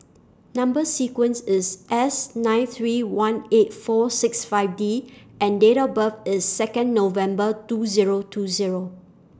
Number sequence IS S nine three one eight four six five D and Date of birth IS Second November two Zero two Zero